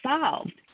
solved